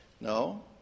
No